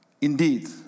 indeed